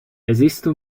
esiste